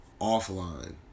offline